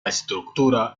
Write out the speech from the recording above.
estructura